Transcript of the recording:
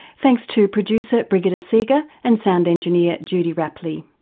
thanks to producer brigitte seega and sound engineer judy rapley,